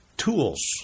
Tools